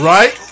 Right